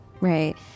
Right